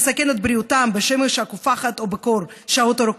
לסכן את בריאותם בשמש הקופחת או בקור שעות ארוכות,